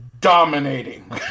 dominating